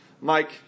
Mike